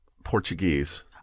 Portuguese